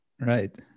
Right